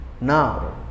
Now